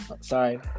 Sorry